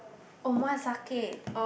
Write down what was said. omasake